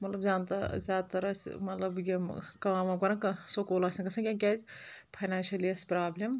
مطلب زیادٕ زیادٕ تَر ٲسۍ مطلب یِم کام وام کَران کانٛہہ سکوٗل آسہِ نہٕ گژھان یا کیٛازِ فَنینشلی ٲس پرٛابلِم